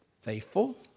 Faithful